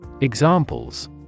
Examples